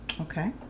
Okay